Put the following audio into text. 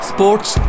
Sports